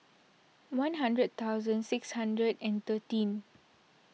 one hundred thousand six hundred and thirteen